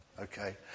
Okay